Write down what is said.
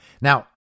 Now